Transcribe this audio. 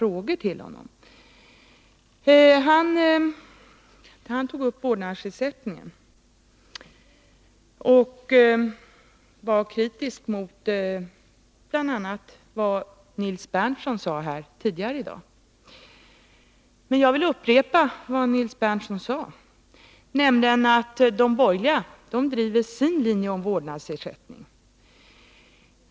Bertil Fiskesjö talade om vårdnadsersättningen och var kritisk mot vad bl.a. Nils Berndtson sade här tidigare i dag. Jag vill upprepa vad Nils Berndtson sade, nämligen att de borgerliga driver sin linje om vårdnadsersättning.